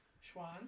Schwan